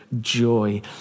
joy